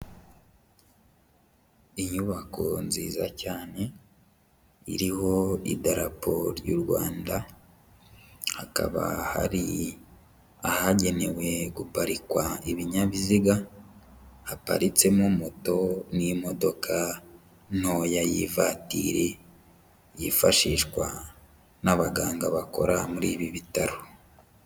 Inyubako nziza cyane, iriho idarapo ry'u Rwanda, hakaba hari ahagenewe guparikwa ibinyabiziga, haparitsemo moto n'imodoka ntoya y'ivatiri, yifashishwa n'abaganga bakora muri ibi bitaro.